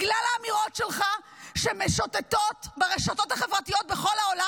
בגלל האמירות שלך שמשוטטות ברשתות בכל העולם,